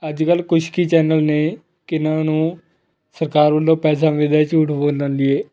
ਅੱਜ ਕੱਲ ਕੁਛ ਕੁ ਹੀ ਚੈਨਲ ਨੇ ਜਿਨ੍ਹਾਂ ਨੂੰ ਸਰਕਾਰ ਵੱਲੋਂ ਪੈਸਾ ਮਿਲਦਾ ਝੂਠ ਬੋਲਣ ਲਈ